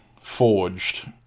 forged